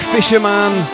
Fisherman